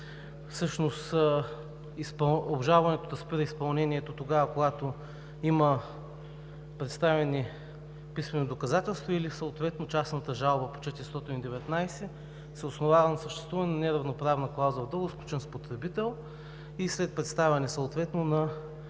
обжалването да спре изпълнението, когато има представени писмени доказателства или съответно частната жалба по чл. 419 се основава на съществуване на неравноправна клауза в договор, сключен с потребител, и след представяне на